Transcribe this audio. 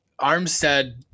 Armstead